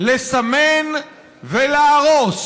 לסמן ולהרוס